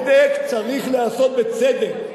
צדק צריך להיעשות בצדק.